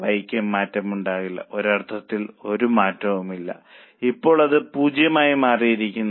Y യ്ക്കും മാറ്റമുണ്ടാകില്ല ഒരർത്ഥത്തിൽ ഒരു മാറ്റവുമില്ല ഇപ്പോൾ അത് 0 ആയി മാറിയിരിക്കുന്നു